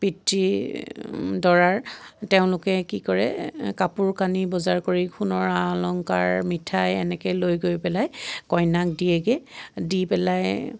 পিতৃ দৰাৰ তেওঁলোকে কি কৰে কাপোৰ কানি বজাৰ কৰি সোণৰ আ অলংকাৰ মিঠাই এনেকৈ লৈ গৈ পেলাই কইনাক দিয়েগৈ দি পেলাই